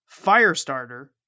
Firestarter